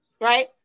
right